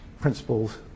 principles